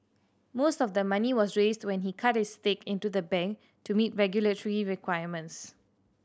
most of the money was raised when he cut his stake into the bank to meet regulatory requirements